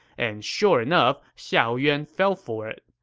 and sure enough, xiahou yuan fell for it.